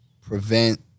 prevent